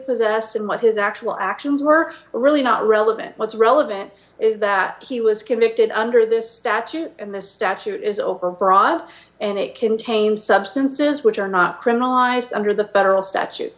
possessed and what his actual actions were really not relevant what's relevant is that he was convicted under this statute and this statute is over broad and it contains substances which are not criminalized under the federal statutes